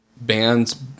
bands